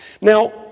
now